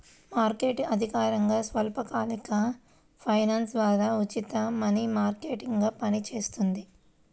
market అధికారికంగా స్వల్పకాలిక finance ద్వారా ఉచిత మనీ మార్కెట్గా పనిచేస్తుంది